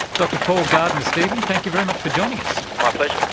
dr paul gardner-stephen, thank you very much for joining us. my pleasure.